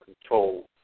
control